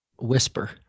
whisper